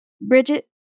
Bridget